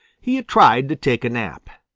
he had tried to take a nap.